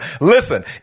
Listen